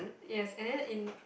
yes and then in